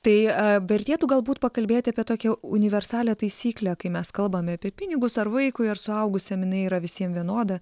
tai vertėtų galbūt pakalbėti apie tokią universalią taisyklę kai mes kalbame apie pinigus ar vaikui ar suaugusiam jinai yra visiem vienoda